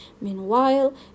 Meanwhile